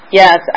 yes